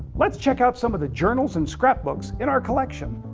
let's check out some of the journals and scrapbooks in our collection.